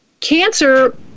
cancer